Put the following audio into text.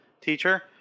teacher